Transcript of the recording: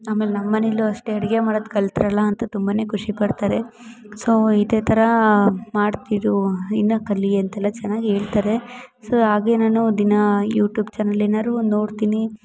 ಆಮೇಲೆ ನಮ್ಮ ಮನೇಲು ಅಷ್ಟೆ ಅಡಿಗೆ ಮಾಡೋದು ಕಲ್ತರಲ್ಲಾ ಅಂತ ತುಂಬ ಖುಷಿ ಪಡ್ತಾರೆ ಸೋ ಇದೇ ಥರಾ ಮಾಡ್ತಿರು ಇನ್ನು ಕಲಿ ಅಂತೆಲ್ಲ ಚೆನ್ನಾಗಿ ಹೇಳ್ತರೆ ಸೋ ಹಾಗೆ ನಾನು ದಿನಾ ಯೂಟೂಬ್ ಚಾನಲ್ ಏನಾರು ಒಂದು ನೋಡ್ತೀನಿ